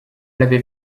l’avait